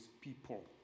people